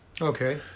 Okay